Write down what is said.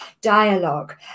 dialogue